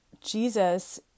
Jesus